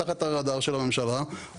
תחת הרדאר של הממשלה,